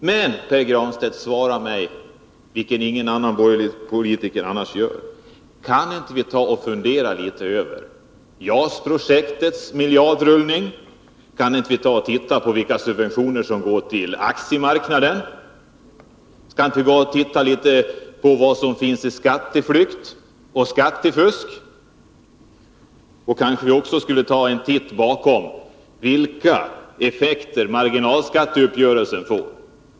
Men, Pär Granstedt, svara mig — det har ingen annan borgerlig ledamot gjort: Kan vi inte fundera litet över JAS-projektets miljardrullning och de subventioner som går till aktiemarknaden? Kan vi inte titta litet på skatteflykten och skattefusket? Kanske vi också borde ta en titt på vilka effekter marginalskatteuppgörelsen får.